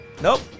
nope